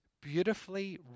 beautifully